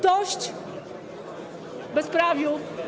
Dość bezprawiu.